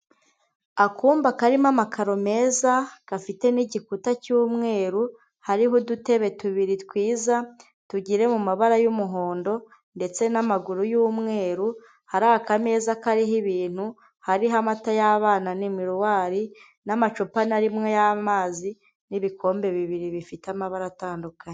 Akumba karimo amakaro meza, gafitemo n'igikuta cy'umweru, hariho udutebe tubiri twiza tugiriwe mu mabara y'umuhondo ndetse n'amaguru y'umweru, hari akameza kariho ibintu, hariho amata y'abana n'imiruwari, n'amacupa na rimwe ry'amazi n'ibikombe bibiri bifite amabara atandukanye.